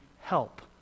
help